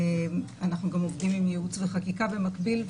אנחנו גם עובדים עם ייעוץ וחקיקה במקביל,